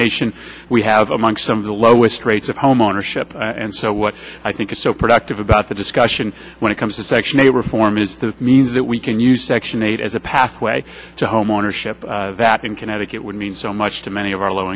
nation we have among some of the lowest rates of homeownership and so what i think is so productive about the discussion when it comes to section a reform is the means that we can use section eight as a pathway to homeownership that in connecticut would mean so much to many of our low